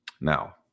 Now